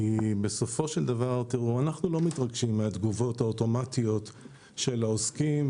אנחנו לא מתרגשים מהתגובות האוטומטיות של העוסקים,